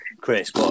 Chris